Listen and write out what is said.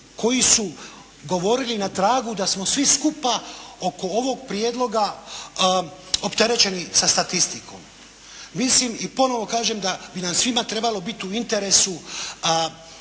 koji su govorili na tragu da smo svi skupa oko ovog prijedloga opterećeni sa statistikom. Mislim i ponovo kažem da bi nam svima trebalo biti u interesu